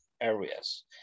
areas